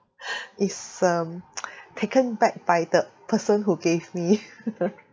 it's um taken back by the person who gave me